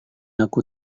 aku